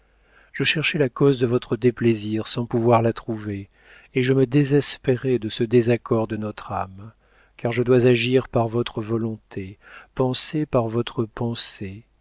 je cherchais la cause de votre déplaisir sans pouvoir la trouver et je me désespérais de ce désaccord de notre âme car je dois agir par votre volonté penser par votre pensée